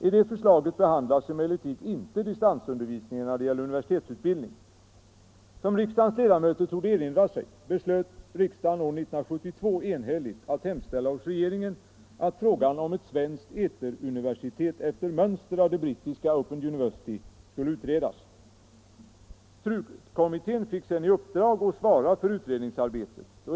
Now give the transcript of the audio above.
I det förslaget behandlas emellertid inte distansundervisning när det gäller universitetsutbildning. Som riksdagens ledamöter torde erinra sig beslöt riksdagen år 1972 enhälligt att hemställa hos regeringen att frågan om ett svenskt eteruniversitet efter mönster av det brittiska Open University skulle utredas. TRU-kommittén fick sedan i uppdrag att svara för utredningsarbetet.